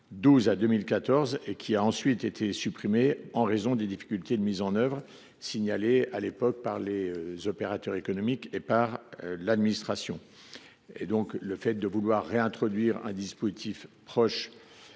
2012 à 2014. Il a depuis été supprimé en raison de difficultés de mise en œuvre signalées à l’époque par les opérateurs économiques et par l’administration. Le fait de vouloir réintroduire un dispositif proche